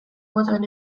botoen